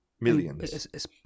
Millions